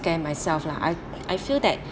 scare myself lah I I feel that